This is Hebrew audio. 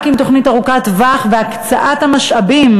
רק עם תוכנית ארוכת טווח והקצאת המשאבים,